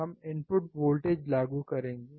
हम input voltage लागू करेंगे